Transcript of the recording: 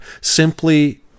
Simply